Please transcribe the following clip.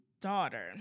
daughter